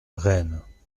rennes